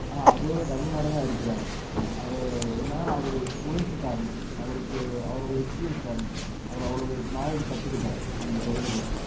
ஆனால் அதோட டபிள் மடங்காக எடுக்கறார் அது என்னான்னா அவரோட உழைப்பு காரணம் அவருக்கு அவருடைய எக்ஸ்பீரியன்ஸ் காரணம் அவரு அவ்வளோ நாலேஜு கற்றுக்கிட்டாரு அந்த தொழிலப் பற்றி